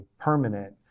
permanent